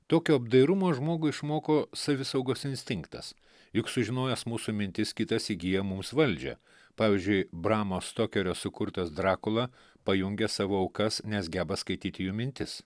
tokio apdairumo žmogų išmoko savisaugos instinktas juk sužinojęs mūsų mintis kitas įgyja mūs valdžią pavyzdžiui bramo stokerio sukurtas drakula pajungė savo aukas nes geba skaityti jų mintis